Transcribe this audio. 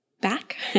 back